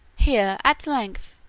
here, at length,